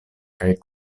kaj